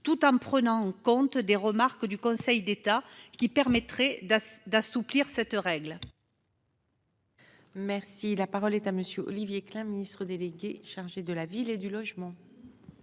tout en prenant en compte des remarques du Conseil d'État qui permettrait d'assouplir cette règle. Merci la parole est à monsieur Olivier Klein, Ministre délégué chargé de la ville et du logement.